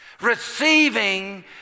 Receiving